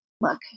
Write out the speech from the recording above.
look